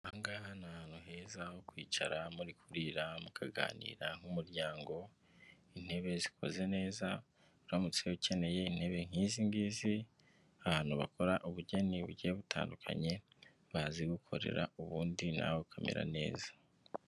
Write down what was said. Aha ngaha ni ahantu heza ho kwicara, muri kurira, mukaganira nk'umuryango, intebe zikoze neza, uramutse ukeneye intebe nk'izi ngizi, ahantu bakora ubugeni bugiye butandukanye bazigukorera, ubundi nawe ukamera neza.